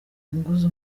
umugozi